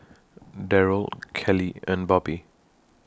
Derrell Kelly and Bobby